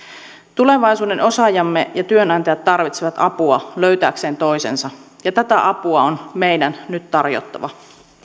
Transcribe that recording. tulevaisuuden osaajamme ja työnantajat tarvitsevat apua löytääkseen toisensa ja tätä apua on meidän nyt tarjottava